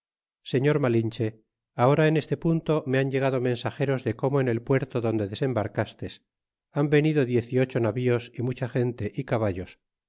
señor malinche ahora en este punto me han llegado mensageros de como en el puerto donde desembarcastes han venido diez y ocho navíos y mucha gente y caballos